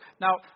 Now